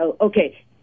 Okay